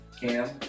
Cam